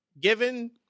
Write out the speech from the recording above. given